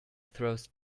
throws